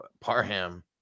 Parham